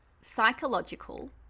psychological